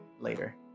later